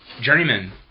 Journeyman